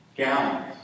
gallons